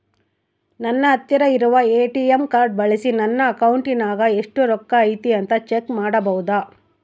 ನನ್ನ ಹತ್ತಿರ ಇರುವ ಎ.ಟಿ.ಎಂ ಕಾರ್ಡ್ ಬಳಿಸಿ ನನ್ನ ಅಕೌಂಟಿನಾಗ ಎಷ್ಟು ರೊಕ್ಕ ಐತಿ ಅಂತಾ ಚೆಕ್ ಮಾಡಬಹುದಾ?